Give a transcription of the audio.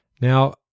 Now